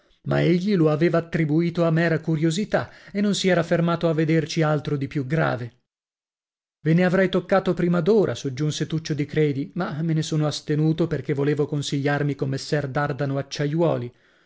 ma egli lo aveva attribuito a mera curiosità e non si era fermato a vederci altro di più grave ve ne avrei toccato prima d'ora soggiunse tuccio di credi ma me ne sono astenuto perchè volevo consigliarmi con messer dardano acciaiuoli